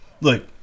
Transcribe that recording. look